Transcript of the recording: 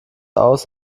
aus